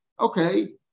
okay